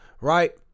right